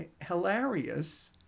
hilarious